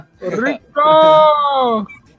Rico